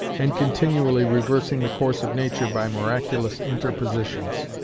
and continually reversing the course of nature by miraculous interpositions